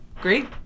great